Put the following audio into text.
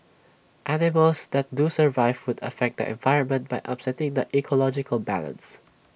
animals that do survive would affect the environment by upsetting the ecological balance